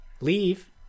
leave